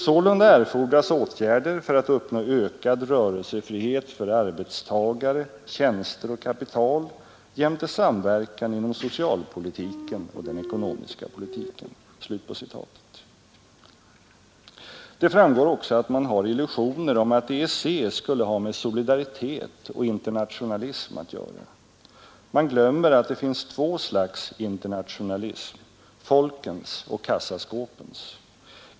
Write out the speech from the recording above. Sålunda erfordras åtgärder för att uppnå ökad rörelsefrihet för arbetstagare, tjänster och kapital jämte samverkan inom socialpolitiken och den ekonomiska politiken”. Det framgår också att man har illusioner om att EEC skulle ha med solidaritet och internationalism att göra. Man glömmer att det finns två slags internationalism — folkens och kassaskåpens.